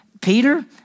Peter